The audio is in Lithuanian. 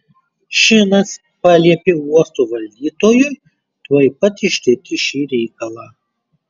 šinas paliepė uosto valdytojui tuoj pat ištirti šį reikalą